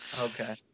Okay